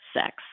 sex